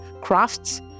crafts